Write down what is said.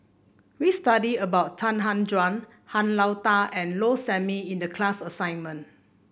we study about Han Tan Juan Han Lao Da and Low Sanmay in the class assignment